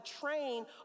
train